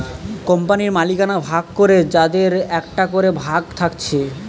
কোম্পানির মালিকানা ভাগ করে যাদের একটা করে ভাগ থাকছে